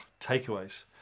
takeaways